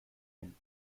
ein